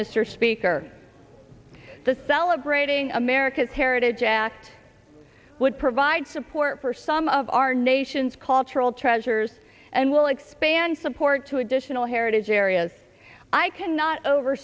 mr speaker the celebrating america's heritage act would provide support for some of our nation's cultural treasures and we'll expand support to additional heritage areas i cannot over